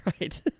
right